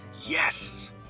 Yes